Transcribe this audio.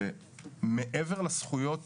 מעבר לזכויות,